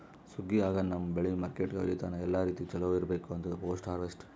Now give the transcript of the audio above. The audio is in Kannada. ಸುಗ್ಗಿ ಆಗನ ನಮ್ಮ್ ಬೆಳಿ ಮಾರ್ಕೆಟ್ಕ ಒಯ್ಯತನ ಎಲ್ಲಾ ರೀತಿ ಚೊಲೋ ಇರ್ಬೇಕು ಅಂತದ್ ಪೋಸ್ಟ್ ಹಾರ್ವೆಸ್ಟ್